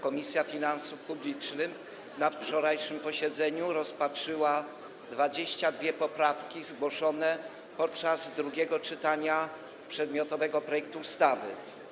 Komisja Finansów Publicznych na wczorajszym posiedzeniu rozpatrzyła 22 poprawki zgłoszone podczas drugiego czytania przedmiotowego projektu ustawy.